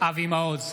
אבי מעוז,